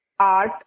art